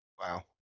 wow